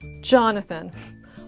Jonathan